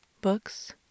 books